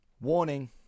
warning